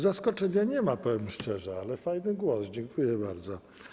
Zaskoczenia nie ma, powiem szczerze, ale fajny głos, dziękuję bardzo.